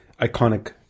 iconic